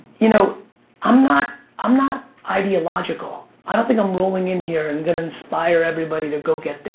you know i'm not i'm not ideological, i don't think i'm rolling in here and gonna inspire everybody to go get their,